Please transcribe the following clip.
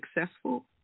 successful